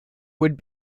would